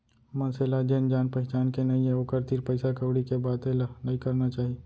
मनसे ल जेन जान पहिचान के नइये ओकर तीर पइसा कउड़ी के बाते ल नइ करना चाही